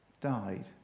died